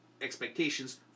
expectations